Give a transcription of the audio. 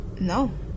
No